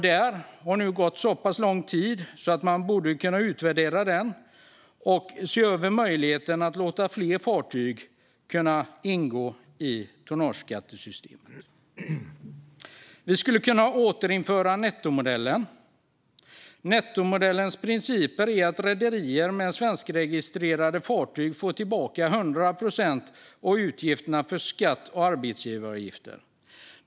Det har nu gått så pass lång tid att man borde kunna utvärdera den och se över möjligheten att låta fler fartyg omfattas av tonnageskattesystemet. Vi skulle kunna återinföra nettomodellen. Nettomodellens princip är att rederier med svenskregistrerade fartyg får tillbaka 100 procent av utgifterna för skatt och arbetsgivaravgifter.